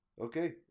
Okay